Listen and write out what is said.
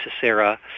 Sarah